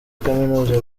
kaminuza